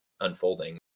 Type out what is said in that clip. unfolding